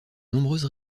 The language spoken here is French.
nombreuses